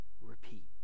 Repeat